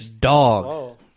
dog